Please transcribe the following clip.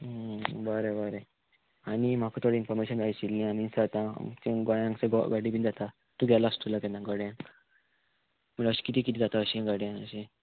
बरें बरें आनी म्हाका थोडीं इन्फोर्मेशन जाय आशिल्लीं आनी सद्या आमच्या गोंयान घोडे बीन जाता तूं गेलो आसतलो केन्ना गोड्यांक म्हणल्यार अशें किदें किदें जाता अशें गाड्यांक अशें